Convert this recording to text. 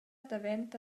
daventa